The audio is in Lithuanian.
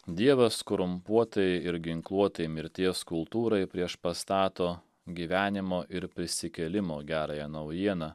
dievas korumpuotai ir ginkluotai mirties kultūrai priešpastato gyvenimo ir prisikėlimo gerąją naujieną